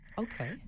Okay